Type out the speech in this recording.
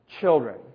children